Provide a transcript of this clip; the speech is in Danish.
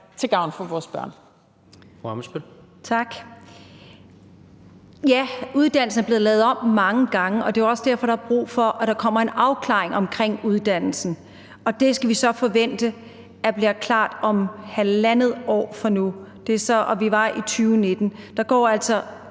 (KF): Tak. Ja, uddannelsen er blevet lavet om mange gange, og det er jo også derfor, der er brug for, at der kommer en afklaring omkring uddannelsen. Det skal vi så forvente bliver klart om halvandet år fra nu – og evalueringen var fra 2019. Der går altså